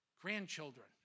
grandchildren